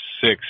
six